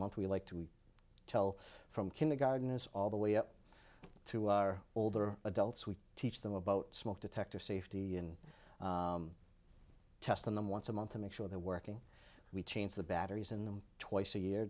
month we like to tell from kindergarten it's all the way up to our older adults we teach them about smoke detector safety and test them once a month to make sure they're working we change the batteries in them twice a year